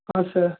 ஆமாம் சார்